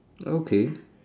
okay